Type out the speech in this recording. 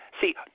see